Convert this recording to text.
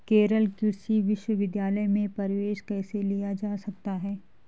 केरल कृषि विश्वविद्यालय में प्रवेश कैसे लिया जा सकता है?